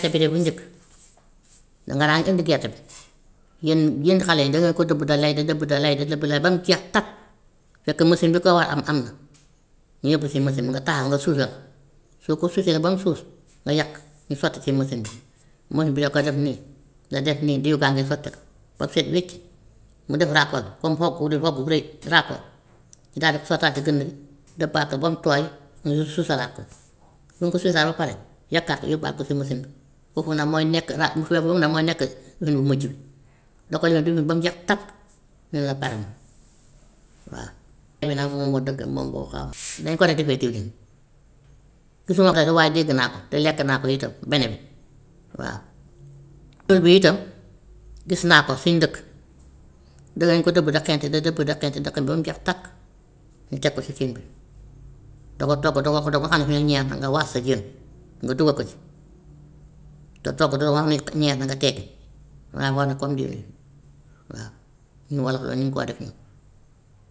Tet cere bu njëkk danga daan indi gerte bi yéen yéen xale yi dangeen ko dëbb di lay di dëbb di lay di dëbb di lay ba mu jeex tàq fekk machine bi ko war am am na ñu yóbbu si machine nga taal nga suusal, soo ko suusalee ba mu suus nga yekk ñu sotti ci machine bi, machine bi da koy def nii nga def nii diw gaa ngi sottiku ba mu set wecc mu def ràkkal comme xogg ni wogg bu rëy ràkkal daal di sotiiwaat si gën gi dëbbaat ko ba mu tooy ñu suusalaat ko, bu ñu ko suusaa ba pare yekkaat yóbbuwaat ko si machine kooku nag mooy nekk ra- bu paree foofu nag mooy nekk lim bu mujj, da koy nal diwlin bi ba mu jeex tàkk mu ne la pare na waa. dañ ko def de ba tey jii, gisuma ko sax waaye dégg naa ko te lekk naa ko itam bene bi waa. Tur bi itam gis naa ko fi ñu dëkk, danañ ko dëbb di xentu di dënn di xentu di xentu ba mu jeex tàkk ñu teg ko si cin bi da koo togg doo ko doo ko xam ci biir ñeex bi nga waas sa jën nga dugal ko si, doo togg doo am ñekk ñeex bi nga teggi, dangay xool ne comme diwlin waaw ñu wal ko nu ñu koy def ñun.